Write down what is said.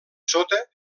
sota